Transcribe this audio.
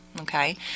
okay